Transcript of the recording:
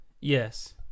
Yes